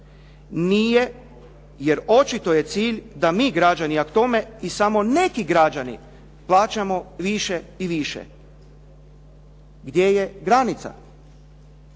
Nije, jer očito je cilj da mi građani, a k tome i samo neki građani plaćamo više i više. Gdje je granica?